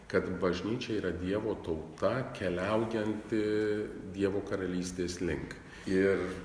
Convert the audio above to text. kad bažnyčia yra dievo tauta keliaujanti dievo karalystės link ir